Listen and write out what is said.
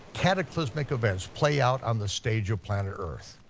cataclysmic events play out on the stage of planet earth.